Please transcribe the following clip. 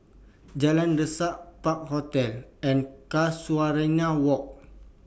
Jalan Resak Park Hotel and Casuarina Walk